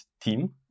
team